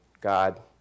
God